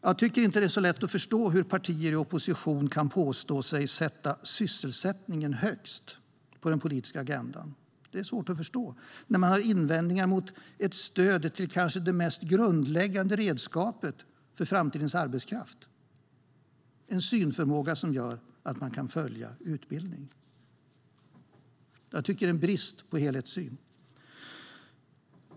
Det är inte lätt att förstå hur partier i opposition kan påstå sig sätta sysselsättning högst på den politiska agendan när de har invändningar mot ett stöd till det kanske mest grundläggande redskapet för framtidens arbetskraft: en synförmåga som gör att man kan följa en utbildning. Det är en brist på helhetssyn.